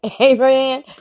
Amen